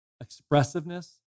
expressiveness